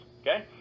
Okay